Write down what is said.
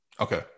Okay